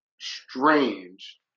strange